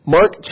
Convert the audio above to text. Mark